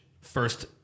first